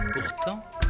Pourtant